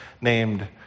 named